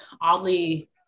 oddly